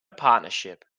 partnership